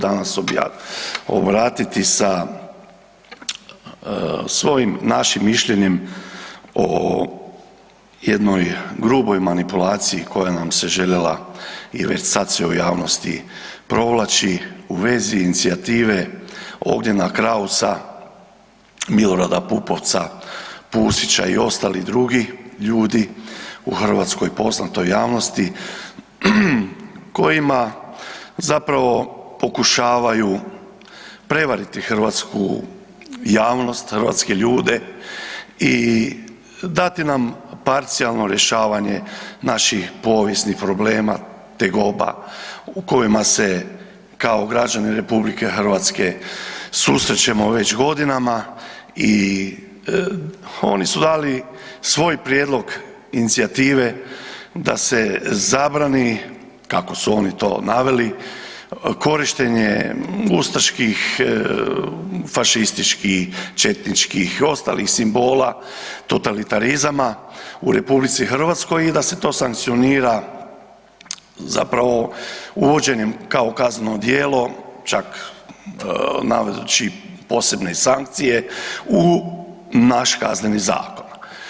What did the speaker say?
danas obratiti sa svojim našim mišljenjem o jednoj gruboj manipulaciji koja nam se željela i već sad se u javnosti provlači u vezi inicijative Ognjena Krausa, Milorada Pupovca, Pusića i ostalih drugih ljudi u hrvatskoj poznatoj javnosti kojima zapravo pokušavaju prevariti hrvatsku javnost, hrvatske ljude i dati nam parcijalno rješavanje naših povijesnih problema, tegoba u kojima se kao građani RH susrećemo već godinama i oni su dali svoj prijedlog inicijative da se zabrani, kako su oni to naveli, korištenje ustaških, fašističkih, četničkih i ostalih simbola totalitarizama u RH i da se to sankcionira zapravo uvođenjem kao kazneno djelo, čak navodeći posebne sankcije u naš Kazneni zakon.